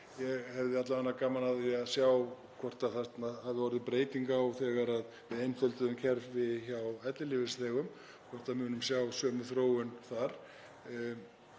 Ég hefði alla vega gaman af því að sjá hvort það hafi orðið breyting á þegar við einfölduðum kerfi hjá ellilífeyrisþegum, hvort við munum sjá sömu þróun þar.